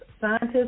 Scientists